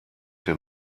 den